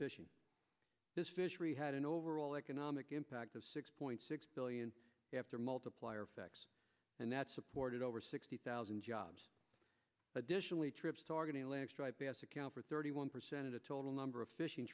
fishing this fishery had an overall economic impact of six point six billion after multiplier effects and that supported over sixty thousand jobs additionally trips targeting black stripe account for thirty one percent of the total number of fishing